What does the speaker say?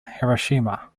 hiroshima